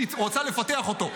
שהיא רוצה לפתח אותו.